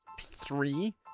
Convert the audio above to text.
three